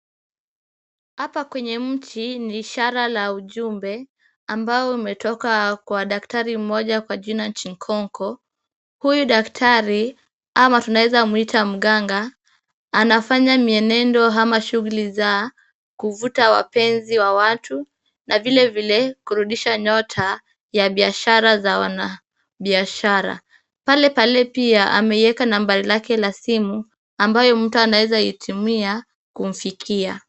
Hapa kwenye mti ni ishara la ujumbe ambao umetoka kwa daktari mmoja kwa jina Chinkoko. Huyu daktari (mganga) anafanya shughuli za kuvuta wapenzi wa watu na vilevile kurudisha nyota ya biashara za wanabiashara. Pale pale pia ameiweka namba lake la simu ambayo mtu anawezaitumia kumfikia.